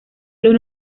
los